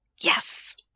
yes